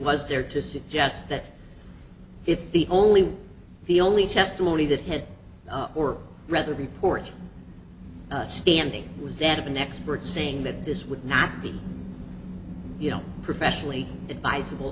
was there to suggest that if the only the only testimony that had or rather reports standing was that of an expert saying that this would not be you know professionally advisable